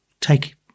take